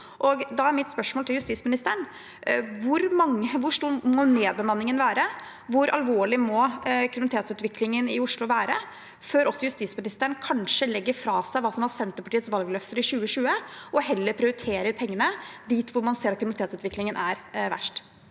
Oslo. Mitt spørsmål til justisministeren er da: Hvor stor må nedbemanningen være, og hvor alvorlig må kriminalitetsutviklingen i Oslo være, før også justisministeren kanskje legger fra seg hva som var Senterpartiets valgløfter i 2020, og heller prioriterer pengene dit hvor man ser at kriminalitetsutviklingen er verst?